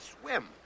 swim